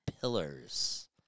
pillars